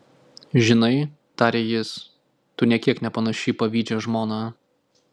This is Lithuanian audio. žinai tarė jis tu nė kiek nepanaši į pavydžią žmoną